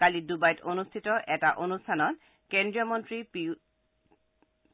কালি ডুবাইত অনুষ্ঠিত এটা অনুষ্ঠানত কেন্দ্ৰীয় মন্ত্ৰী